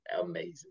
amazing